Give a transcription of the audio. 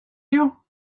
you